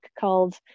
called